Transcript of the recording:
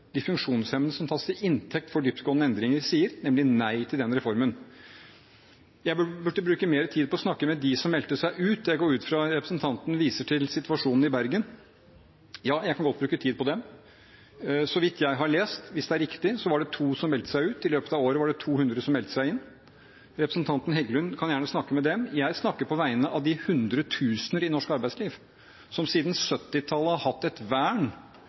de funksjonshemmede, som tas til inntekt for dyptgående endringer, sier til den reformen, nemlig nei. Representanten Heggelund sa at jeg burde bruke mer tid på å snakke med dem som meldte seg ut – jeg går ut fra at han viser til situasjonen i Bergen. Jeg kan godt bruke tid på den. Så vidt jeg har lest – hvis det er riktig – var det to som meldte seg ut. I løpet av året var det 200 som meldte seg inn. Representanten Heggelund kan gjerne snakke med dem – jeg snakker på vegne av de hundretusener i norsk arbeidsliv som siden 1970-tallet har hatt et vern